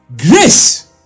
Grace